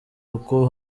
kuko